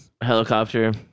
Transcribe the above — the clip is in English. helicopter